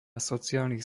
sociálnych